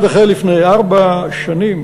לפני ארבע שנים